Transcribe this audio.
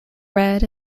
red